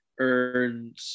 earned